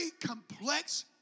complex